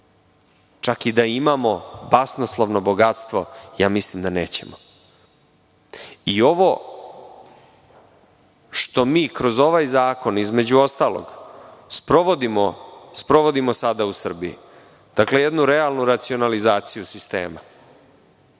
Čak i da imamo basnoslovno bogatstvo, mislim da nećemo. Ovo što kroz ovaj zakon, između ostalog, sprovodimo sada u Srbiji, dakle jednu realnu racionalizaciju sistema,